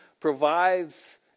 provides